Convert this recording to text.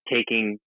Taking